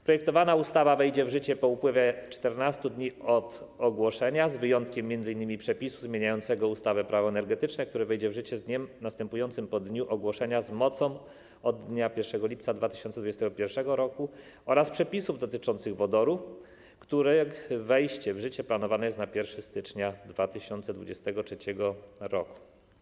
Projektowana ustawa wejdzie w życie po upływie 14 dni od ogłoszenia, z wyjątkiem m.in. przepisu zmieniającego ustawę - Prawo energetyczne, które wejdzie w życie z dniem następującym po dniu ogłoszenia, z mocą od dnia 1 lipca 2021 r., oraz przepisów dotyczących wodoru, których wejście w życie planowane jest na 1 stycznia 2023 r.